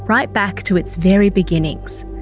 right back to its very beginnings.